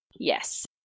Yes